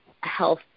health